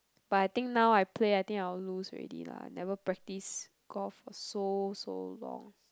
but I think now I play I think I'll lose already lah never practice golf for so so long